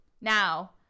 Now